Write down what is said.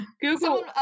Google